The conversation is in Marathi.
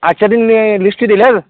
आजच्यादिन लिस्टी दिल्याल